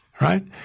right